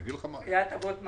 היה הטבות מס.